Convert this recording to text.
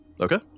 Okay